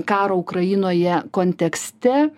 karo ukrainoje kontekste